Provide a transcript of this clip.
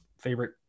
favorite